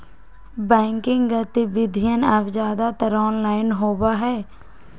banking गतिविधियन अब ज्यादातर ऑनलाइन होबा हई